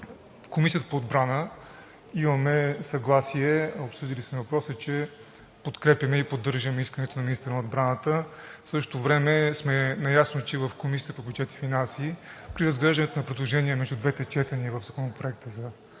В Комисията по отбрана имаме съгласие, обсъдили сме въпроса, че подкрепяме и поддържаме искането на министъра на отбраната. В същото време сме наясно, че в Комисията по бюджет и финанси при разглеждането на предложения между двете четения, в Законопроекта за